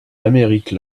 amérique